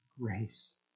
grace